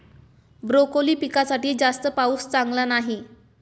broccoli पिकासाठी जास्त पाऊस चांगला नाही